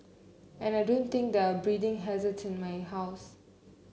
and I don't think there are breeding hazarded in my house